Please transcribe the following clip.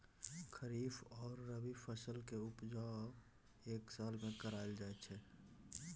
खरीफ आ रबी फसलक उपजा एक साल मे कराएल जाइ छै